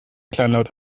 kleinlaut